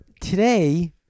today